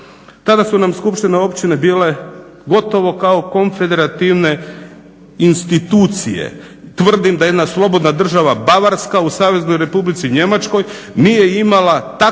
Tada su nam skupštine općina bile gotovo kao konfederativne institucije. Tvrdim da jedna slobodna država Bavarska u Saveznoj Republici Njemačkoj nije imala ili